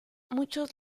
muchos